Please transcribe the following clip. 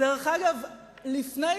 דרך אגב, לפני